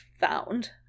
found